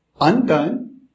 undone